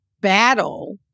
battle